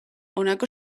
honako